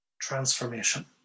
transformation